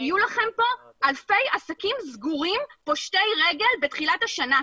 יהיו לכם פה אלפי עסקים סגורים פושטי רגל בתחילת השנה.